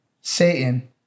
Satan